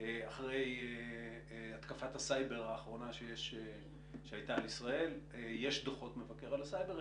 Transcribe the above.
אחרי התקפת הסייבר האחרונה שהייתה על ישראל יש דוחות מבקר על הסייבר,